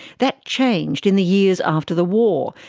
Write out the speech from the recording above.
that changed in the years after the war,